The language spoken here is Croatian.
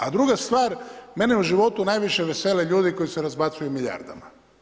A druga stvar, mene u životu najviše vesele ljudi koji se razbacuju milijardama.